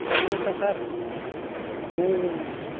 sir ନମସ୍କାର sir ମୁଁ